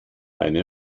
eine